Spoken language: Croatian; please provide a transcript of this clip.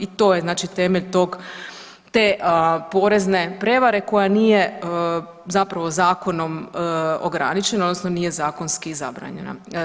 I to je znači temelj te porezne prevare koja nije zapravo zakonom ograničena odnosno nije zakonski zabranjena.